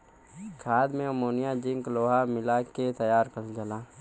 खाद में ammonia zinc लोहा मिला के तैयार करल जाला